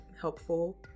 helpful